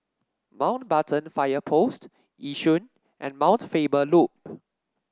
Mountbatten Fire Post Yishun and Mount Faber Loop